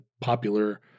popular